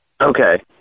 Okay